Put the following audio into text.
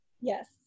Yes